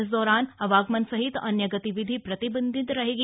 इस दौरान आवागमन सहित अन्य गतिविधि प्रतिबंधित रहेंगी